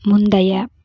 முந்தைய